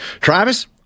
Travis